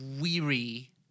weary